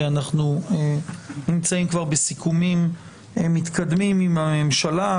אנחנו נמצאים בסיכומים כבר מתקדמים עם הממשלה.